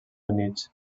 units